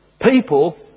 People